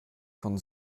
von